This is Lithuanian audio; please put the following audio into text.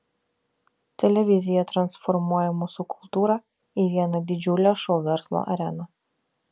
televizija transformuoja mūsų kultūrą į vieną didžiulę šou verslo areną